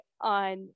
on